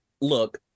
Look